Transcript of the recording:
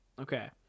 Okay